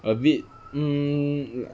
a bit hmm